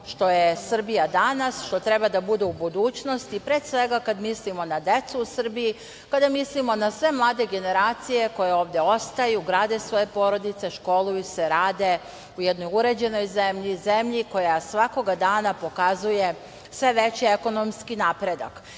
što je Srbija danas, što treba da bude u budućnosti, pre svega, kada mislimo na decu u Srbiji, kada mislimo na sve mlade generacije koje ovde ostaju, grade svoje porodice, školuju se, rade u jednoj uređenoj zemlji, zemlji koja svakog dana pokazuje sve veći ekonomski napredak